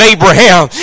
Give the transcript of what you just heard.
Abraham